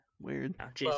Weird